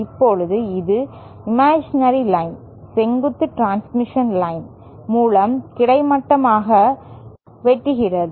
இப்போது இது imaginary line செங்குத்து டிரான்ஸ்மிஷன் லைன் மூலம் கிடைமட்டமாக வெட்டுகிறது